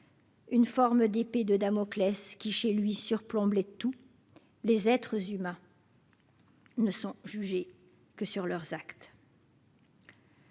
une forme d'épée de Damoclès qui, chez lui, surplombe les tous les être s'humains. Ne sont jugés que sur leurs actes.